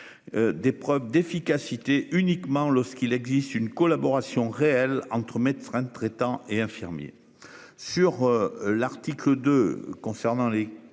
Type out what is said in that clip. Des preuves d'efficacité uniquement lorsqu'il existe une collaboration réelle entre médecins traitants et infirmiers sur l'article de concernant les